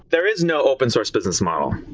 there is no open source business model.